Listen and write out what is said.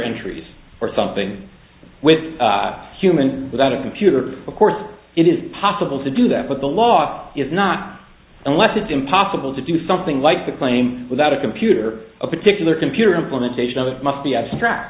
entries or something with a human without a computer of course it is possible to do that but the law is not unless it's impossible to do something like the claim without a computer a particular computer implementation of it must be abstract